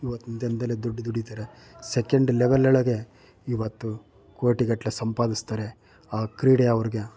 ಇವತ್ತಿನ ದಿನದಲ್ಲಿ ದುಡ್ಡು ದುಡೀತಾರೆ ಸೆಕೆಂಡ್ ಲೆವೆಲೊಳಗೆ ಇವತ್ತು ಕೋಟಿಗಟ್ಟಲೆ ಸಂಪಾದಿಸ್ತಾರೆ ಆ ಕ್ರೀಡೆ ಅವ್ರಿಗೆ